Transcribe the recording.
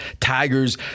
Tigers